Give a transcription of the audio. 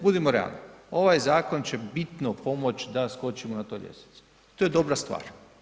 Budimo realni, ovaj zakon će bitno pomoći da skočimo na toj ljestvici, to je dobra stvar.